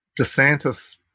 DeSantis